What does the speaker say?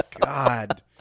God